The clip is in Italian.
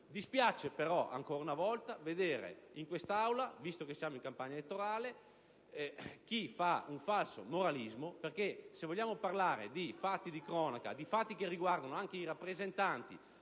Dispiace vedere ancora una volta in quest'Aula, visto che siamo in campagna elettorale, chi fa un falso moralismo perché, se vogliamo parlare di fatti di cronaca che riguardano anche i rappresentanti